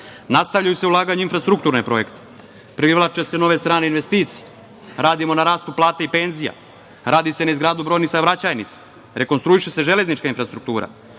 Nastavljaju se ulaganja u infrastrukturne projekte, privlače se nove strane investicije, radimo na rastu plata i penzija, radi se na izgradnji brojnih saobraćajnica, rekonstruiše se železnička infrastruktura,